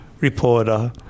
reporter